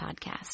podcast